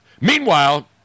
Meanwhile